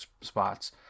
spots